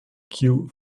cue